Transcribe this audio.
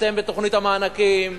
אתם בתוכנית המענקים,